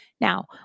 Now